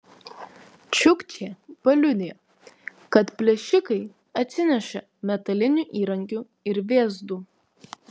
čiukčė paliudijo kad plėšikai atsinešė metalinių įrankių ir vėzdų